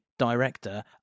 director